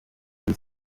muri